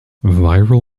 viral